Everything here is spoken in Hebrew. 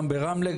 גם ברמלה,